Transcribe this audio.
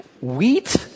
Wheat